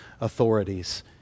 authorities